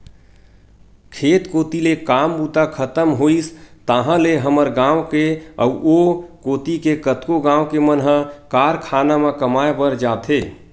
खेत कोती ले काम बूता खतम होइस ताहले हमर गाँव के अउ ओ कोती के कतको गाँव के मन ह कारखाना म कमाए बर जाथे